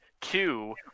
two